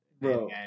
bro